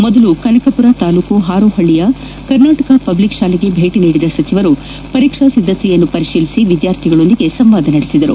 ಮೊದಲಿಗೆ ಕನಕಪುರ ತಾಲೂಕಿನ ಹಾರೋಹಳ್ಳಿಯ ಕರ್ನಾಟಕ ಪಬ್ಲಿಕ್ ಶಾಲೆಗೆ ಭೇಟಿ ನೀಡಿದ ಸಚಿವರು ಪರೀಕ್ಷಾ ಸಿದ್ದತೆಯನ್ನು ಪರಿಶೀಲಿಸಿ ವಿದ್ಯಾರ್ಥಿಗಳೊಂದಿಗೆ ಸಂವಾದಿಸಿದರು